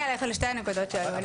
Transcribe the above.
אתייחס לשתי הנקודות שעלו.